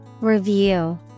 Review